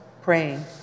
praying